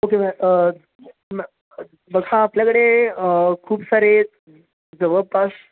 okay ma'am ma'am बघा आपल्याकडे खूप सारे जवळपास